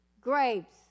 Grapes